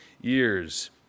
years